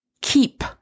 keep